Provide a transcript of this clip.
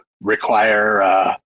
require